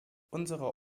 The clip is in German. unsere